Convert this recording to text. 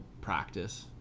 practice